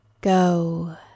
go